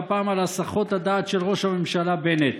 והפעם על הסחות הדעת של ראש הממשלה בנט.